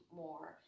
more